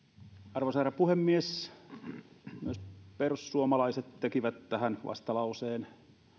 arvoisa herra puhemies myös perussuomalaiset tekivät tähän vastalauseen